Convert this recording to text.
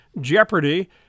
jeopardy